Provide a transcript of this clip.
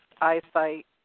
eyesight